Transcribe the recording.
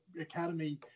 Academy